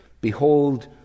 Behold